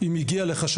אם הגיע אליך,